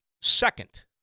second